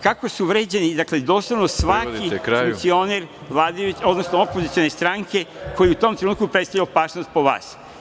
Kako je vređan, dakle, doslovno svaki funkcioner opozicione stranke koji je u tom trenutku predstavljao opasnost po vas?